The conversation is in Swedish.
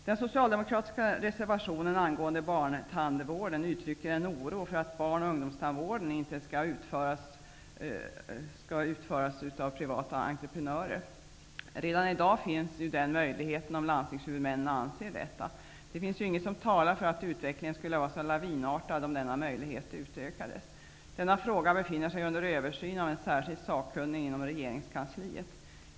Den socialdemokratiska reservationen angående barntandvården uttrycker en oro för att barn och ungdomstandvården ej skall utföras av privata entrepenörer. Redan i dag finns ju den möjligheten om landstingshuvudmännen anser detta. Det finns ju inget som talar för att utvecklingen skulle vara så lavinartad om denna möjlighet utökades. Denna fråga befinner sig under översyn av en särskild sakkunnig inom regeringskansliet.